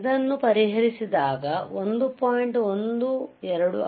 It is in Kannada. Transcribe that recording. ಅದನ್ನು ಪರಿಹರಿಸಿದಾಗ 1